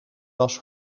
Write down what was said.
was